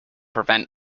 prevent